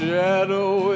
Shadow